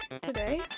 today